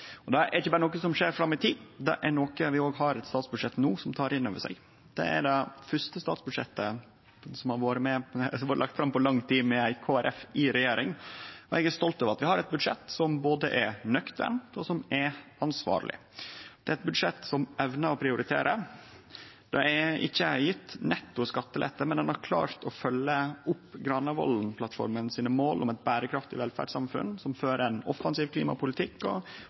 framover. Dette er ikkje berre noko som skjer fram i tid, vi har òg no eit statsbudsjett som tek det inn over seg. Det er det første statsbudsjettet som har vore lagt fram på lang tid med Kristeleg Folkeparti i regjering, og eg er stolt over at vi har eit budsjett som er både nøkternt og ansvarleg. Det er eit budsjett som evnar å prioritere. Det er ikkje gjeve netto skattelette, men ein har klart å følgje opp måla frå Granavolden-plattforma om eit berekraftig velferdssamfunn som fører ein offensiv klimapolitikk og